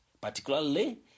particularly